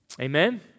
Amen